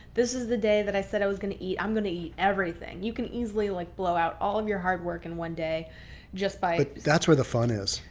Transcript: this is the day that i said i was going to eat. i'm going to eat everything. you can easily like blow out all of your hard work and one day just by but that's where the fun is.